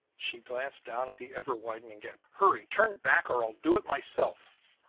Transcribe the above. she glanced down at the ever-widening gap. hurry! turn back, or i'll do it myself!